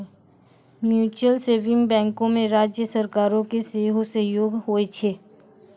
mutual saving बैंको मे राज्य सरकारो के सेहो सहयोग होय छै